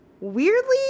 weirdly